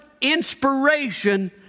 inspiration